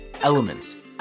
Elements